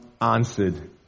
answered